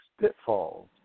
pitfalls